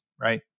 right